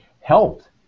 helped